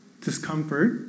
discomfort